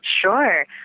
Sure